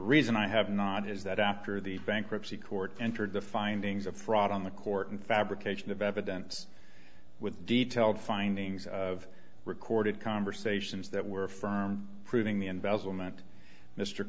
reason i have not is that after the bankruptcy court entered the findings of fraud on the court and fabrication of evidence with detailed findings of recorded conversations that were firm proving the investment mr